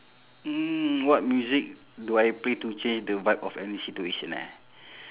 mm what music do I play to change the vibe of any situation eh